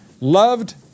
loved